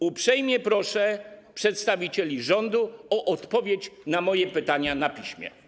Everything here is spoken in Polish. Uprzejmie proszę przedstawicieli rządu o odpowiedź na moje pytania na piśmie.